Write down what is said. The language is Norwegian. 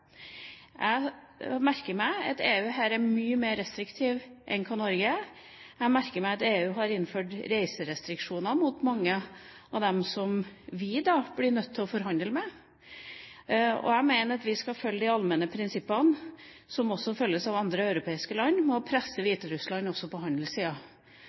Jeg merker meg at EU her er mye mer restriktiv enn det Norge er. Jeg merker meg at EU har innført reiserestriksjoner mot mange av dem som vi blir nødt til å forhandle med. Jeg mener at vi skal følge de allmenne prinsippene som også følges av andre europeiske land, og presse Hviterussland også på